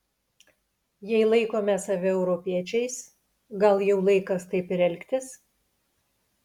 jei laikome save europiečiais gal jau laikas taip ir elgtis